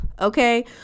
okay